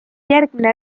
järgmine